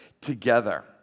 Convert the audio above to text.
together